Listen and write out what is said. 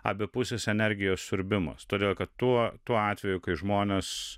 abipusis energijos siurbimo storėjo kad tuo tuo atveju kai žmonės